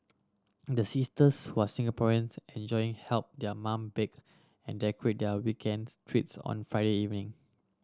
the sisters who are Singaporeans enjoying help their mum bake and decorate their weekends treats on Friday evening